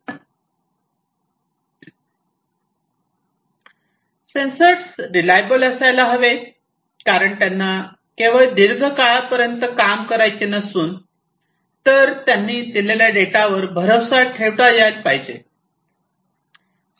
sensors reliable असायला हवेत कारण त्यांना केवळ दीर्घकाळापर्यंत काम करायचे नसून तर त्यांनी दिलेल्या डेटावर भरवसा ठेवता यायला हवा